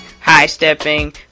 high-stepping